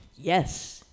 Yes